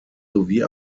sowie